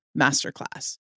Masterclass